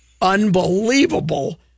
unbelievable